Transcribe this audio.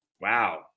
Wow